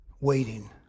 waiting